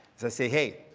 i say, hey,